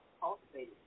cultivated